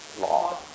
law